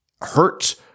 hurt